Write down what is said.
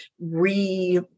re-